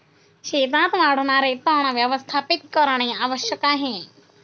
शेतात वाढणारे तण व्यवस्थापित करणे आवश्यक आहे